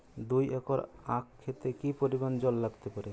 দুই একর আক ক্ষেতে কি পরিমান জল লাগতে পারে?